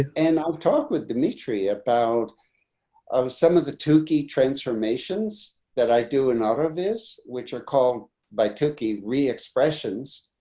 and i'll talk with dmitry about some of the two key transformations that i do and other of his which are called by tookie re expressions